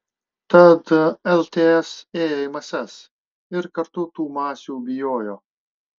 tad lts ėjo į mases ir kartu tų masių bijojo